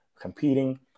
competing